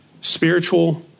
spiritual